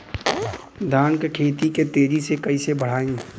धान क खेती के तेजी से कइसे बढ़ाई?